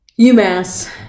UMass